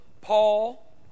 Paul